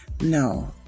No